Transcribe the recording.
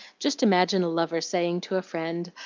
just imagine a lover saying to a friend,